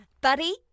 Buddy